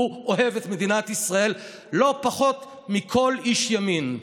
הוא אוהב את מדינת ישראל לא פחות מכל איש ימין.